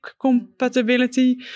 compatibility